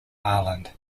island